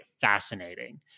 fascinating